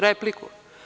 Replika.